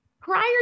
prior